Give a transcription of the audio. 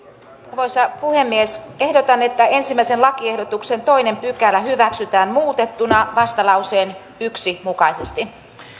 arvoisa puhemies ehdotan että ensimmäisen lakiehdotuksen toinen pykälä hyväksytään muutettuna vastalauseen yksi mukaisesti